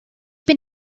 bin